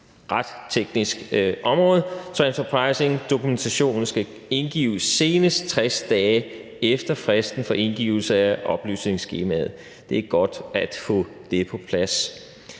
Det er et ret teknisk område. Transfer pricing-dokumentationen skal indgives senest 60 dage efter fristen for indgivelse af oplysningsskemaet. Det er godt at få det på plads.